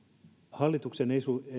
hallituksen